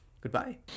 goodbye